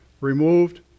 removed